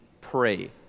pray